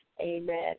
Amen